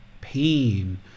pain